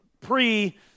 pre